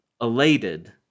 elated